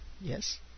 yes